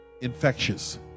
infectious